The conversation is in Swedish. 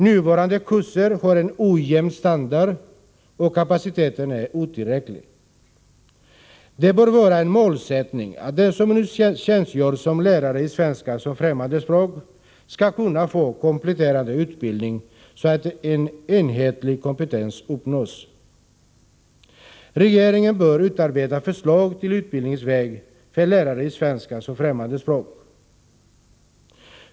Nuvarande kurser har en ojämn standard, och kapaciteten är otillräcklig. Det bör vara en målsättning att de som nu tjänstgör som lärare i svenska som främmande språk skall kunna få kompletterande utbildning så att en enhetlig kompetens uppnås. Regeringen bör utarbeta förslag till utbildningsväg för lärare i svenska som främmande språk.